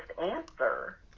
answer